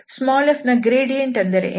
f ನ gradient ಏನು